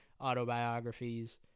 autobiographies